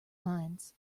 minds